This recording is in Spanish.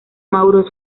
mauro